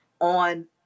on